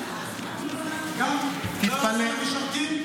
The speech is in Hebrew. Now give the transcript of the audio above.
גם לא לעזור משרתים,